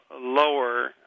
lower